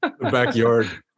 Backyard